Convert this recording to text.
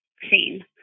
scene